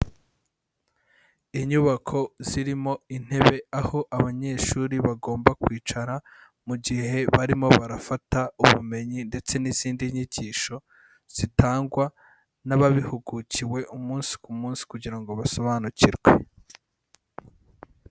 Inyubako zirimo intebe, aho abanyeshuri bagomba kwicara mu gihe barimo barafata ubumenyi ndetse n'izindi nyigisho zitangwa n'ababihugukiwe umunsi ku munsi kugira ngo basobanukirwe.